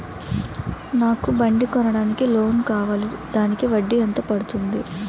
నాకు బండి కొనడానికి లోన్ కావాలిదానికి వడ్డీ ఎంత పడుతుంది?